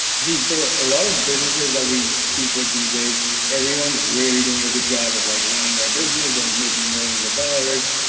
g, for a lot of businesses that we speak with these days, everyone's really doing a good job of like running their business and making millions of dollars,